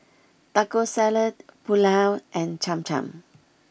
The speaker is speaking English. Taco Salad Pulao and Cham Cham